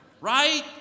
Right